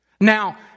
Now